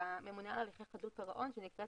לממונה על הליכי חדלות פירעון יש מערכת שנקראת